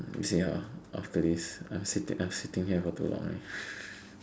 ya after this I'm sit I'm sitting here for too long already